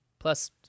Plus